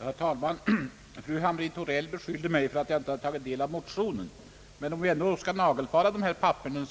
Herr talman! Fru Hamrin-Thorell beskyllde mig för att inte ha tagit del av motionen. Om jag skall nagelfara papperen